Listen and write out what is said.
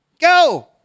go